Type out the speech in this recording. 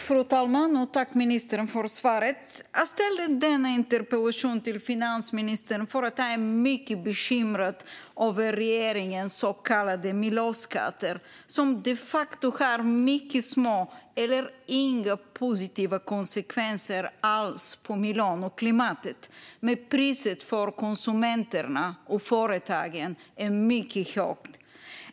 Fru talman! Tack, ministern, för svaret! Jag ställde denna interpellation till finansministern för att jag är mycket bekymrad över regeringens så kallade miljöskatter, som de facto har mycket små eller inga positiva konsekvenser alls på miljön och klimatet. Priset för konsumenterna och företagen är dock mycket högt.